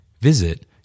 Visit